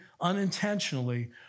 unintentionally